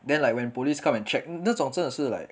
then like when police come and check 那种真的是 like